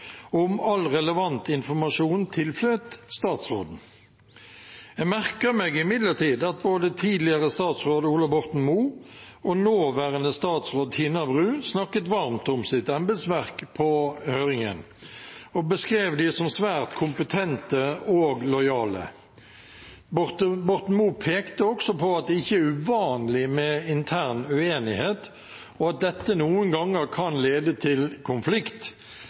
om all relevant informasjon tilfløt statsråden. Jeg merker meg imidlertid at både tidligere statsråd Ola Borten Moe og nåværende statsråd, Tina Bru, på høringen snakket varmt om sitt embetsverk og beskrev det som svært kompetent og lojalt. Borten Moe pekte også på at det ikke er uvanlig med intern uenighet, og at dette noen ganger kan lede til konflikt,